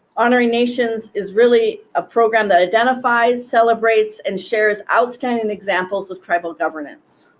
honoring nations is really a program that identifies, celebrates, and shares outstanding examples of tribal governance.